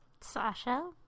Sasha